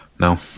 No